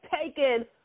taken